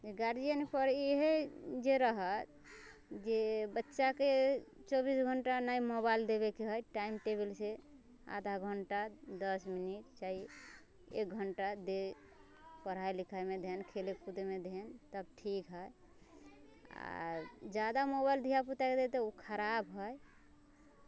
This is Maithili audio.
गार्जियनपर इहे जे रहत जे बच्चाके चौबीस घण्टा नहि मोबाइल देबैके है टाइम टेबलसँ आधा घण्टा दस मिनट चाहे एक घण्टा दै पढ़ाइ लिखाइमे खेलै कूदैमे दै तब ठीक है आओर जादा मोबाइल धियापुताके देतै उ खराब है